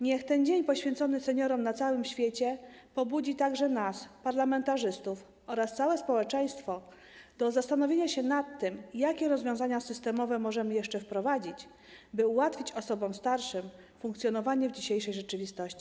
Niech ten dzień poświęcony seniorom na całym świecie pobudzi także nas, parlamentarzystów, oraz całe społeczeństwo do zastanowienia się nad tym, jakie rozwiązania systemowe możemy jeszcze wprowadzić, by ułatwić osobom starszym funkcjonowanie w dzisiejszej rzeczywistości.